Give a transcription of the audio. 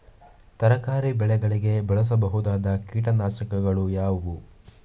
ತರಕಾರಿ ಬೆಳೆಗಳಿಗೆ ಬಳಸಬಹುದಾದ ಕೀಟನಾಶಕಗಳು ಯಾವುವು?